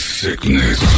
sickness